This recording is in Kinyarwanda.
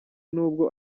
nubwo